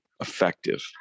effective